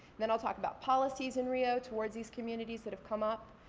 then i'll talk about policies in rio towards these communities that have come up